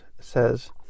says